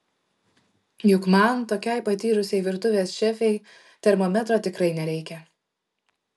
juk man tokiai patyrusiai virtuvės šefei termometro tikrai nereikia